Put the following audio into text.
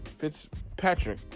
Fitzpatrick